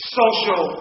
social